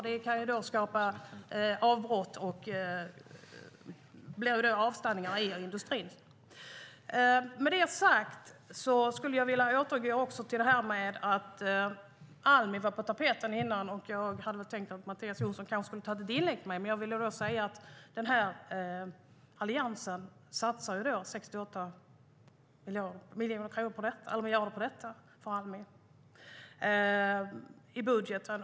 Det kan skapa avbrott och stopp i industrin. Med det sagt vill jag återgå till Almi, som var på tapeten tidigare. Jag trodde att Mattias Jonsson skulle ta ett inlägg mot mig. Jag ville säga att Alliansen satsar 68 miljarder på Almi i budgeten.